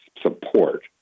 support